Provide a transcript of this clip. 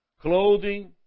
clothing